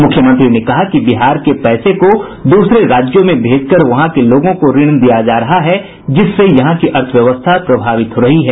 मुख्यमंत्री ने कहा कि बिहार के पैसे को दूसरे राज्यों में भेजकर वहां के लोगों को ऋण दिया जा रहा है जिससे यहां की अर्थव्यवस्था प्रभावित हो रही है